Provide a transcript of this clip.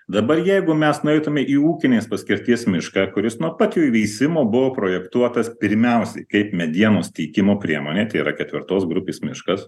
dabar jeigu mes nueitume į ūkinės paskirties mišką kuris nuo pat jo įveisimo buvo projektuotas pirmiausiai kaip medienos teikimo priemonė tai yra ketvirtos grupės miškas